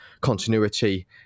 continuity